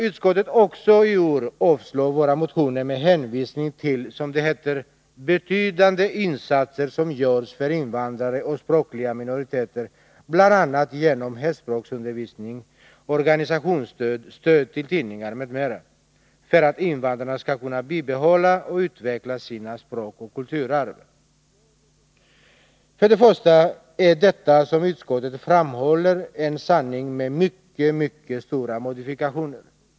Utskottet avstyrker även i år våra motioner med hänvisning till, som det heter, betydande insatser som görs för invandrare och språkliga minoriteter, bl.a. genom hemspråksundervisning, organisationsstöd, stöd till tidningar m.m., för att invandrarna skall kunna bibehålla och utveckla sina språkliga och kulturella arv. Det som utskottet framhåller är en sanning med mycket stora modifikationer.